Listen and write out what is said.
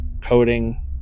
coding